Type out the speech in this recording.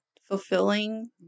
fulfilling